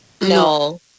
No